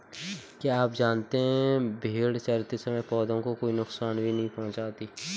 क्या आप जानते है भेड़ चरते समय पौधों को कोई नुकसान भी नहीं पहुँचाती